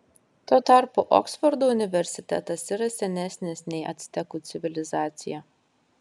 tuo tarpu oksfordo universitetas yra senesnis nei actekų civilizacija